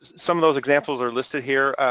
some of those examples are listed here,